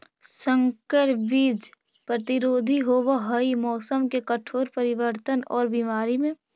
संकर बीज प्रतिरोधी होव हई मौसम के कठोर परिवर्तन और बीमारी में